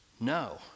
no